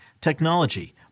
technology